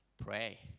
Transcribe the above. pray